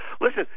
Listen